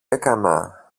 έκανα